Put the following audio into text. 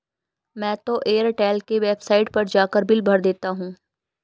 मैं तो एयरटेल के वेबसाइट पर जाकर बिल भर देता हूं